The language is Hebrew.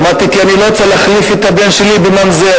אמרתי, כי אני לא רוצה להחליף את הבן שלי בממזר.